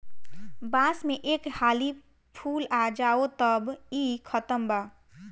बांस में एक हाली फूल आ जाओ तब इ खतम बा